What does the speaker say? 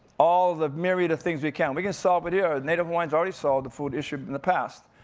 all the myriad of things we can. we can solve it here, native hawaiian's already solved the food issue in the past.